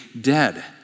dead